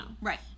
Right